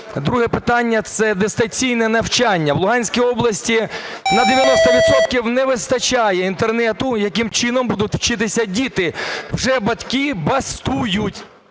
Друге питання – це дистанційне навчання. В Луганській області на 90 відсотків не вистачає Інтернету. Яким чином будуть вчитися діти? Вже батьки бастують.